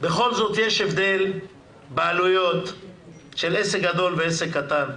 בכל זאת יש הבדל בעלויות של עסק גדול ועסק קטן,